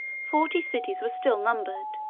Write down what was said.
forty cities were still numbered,